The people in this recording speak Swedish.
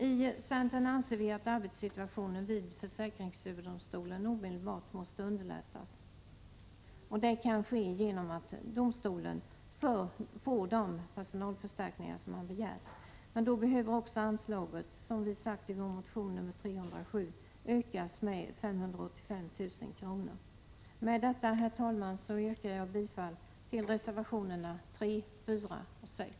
I centern anser vi att arbetssituationen vid försäkringsöverdomstolen omedelbart måste underlättas. Det kan ske genom att domstolen tillförs de personalförstärkningar som begärts. Anslaget behöver då, som vi framhållit i vår motion Sf307, ökas med 585 000 kr. Med detta, herr talman, yrkar jag bifall till reservationerna 3, 4 och 6.